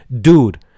dude